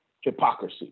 hypocrisy